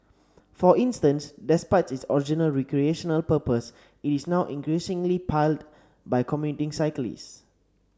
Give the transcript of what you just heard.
for instance despite its original recreational purpose it is now increasingly plied by commuting cyclists